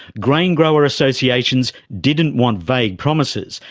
grain grower associations didn't want vague promises,